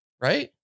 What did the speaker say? Right